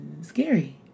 scary